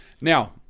now